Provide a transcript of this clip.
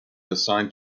assigned